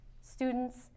students